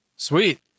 Sweet